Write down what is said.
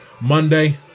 Monday